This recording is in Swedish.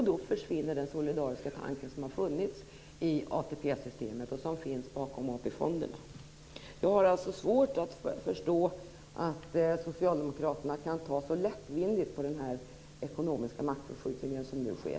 Då försvinner den solidariska tanke som har funnits i ATP-systemet och som finns bakom AP-fonderna. Jag har alltså svårt att förstå att socialdemokraterna kan ta så lättvindigt på den ekonomiska maktförskjutning som nu sker.